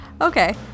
Okay